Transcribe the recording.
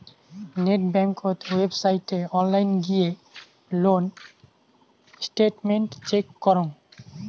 net বেংকত ওয়েবসাইটে online গিয়ে লোন স্টেটমেন্ট চেক করং